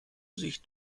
sich